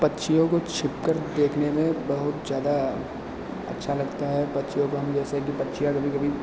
पक्षियों को छिपकर देखने में बहुत ज़्यादा अच्छा लगता है पक्षियों को हम जैसे कि पक्षियाँ कभी कभी